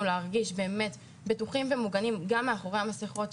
להרגיש באמת בטוחים ומוגנים גם מאחורי המסכות,